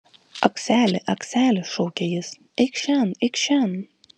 akseli akseli šaukė jis eikš šen eikš šen